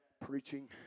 preaching